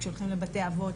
כשהולכים לבתי אבות,